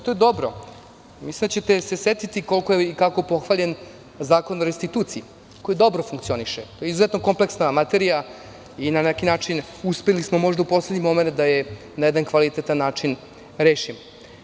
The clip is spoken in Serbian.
To je dobro, mislim da ćete se setiti koliko je i kako pohvaljen Zakon o restituciji, koji dobro funkcioniše, to je izuzetno kompleksna materija i na neki način uspeli smo možda u poslednji momenat da je i na jedan kvalitetan način rešimo.